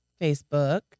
Facebook